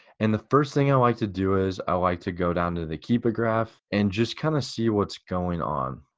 and the first thing i like to do is i like to go down to the keepa graph and just kinda see what's going on.